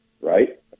right